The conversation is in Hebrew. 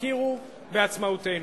הכירו בעצמאותנו.